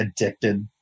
addicted